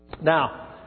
Now